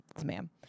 ma'am